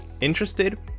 Interested